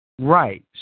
Right